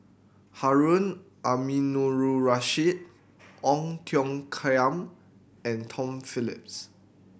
Harun Aminurrashid Ong Tiong Khiam and Tom Phillips